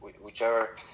whichever